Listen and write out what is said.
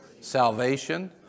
salvation